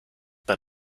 bei